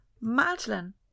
Madeline